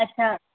अच्छा